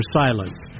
silence